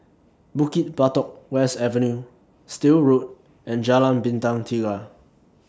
Bukit Batok West Avenue Still Road and Jalan Bintang Tiga